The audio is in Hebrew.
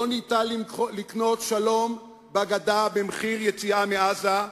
לא ניתן לקנות שלום בגדה במחיר יציאה מעזה.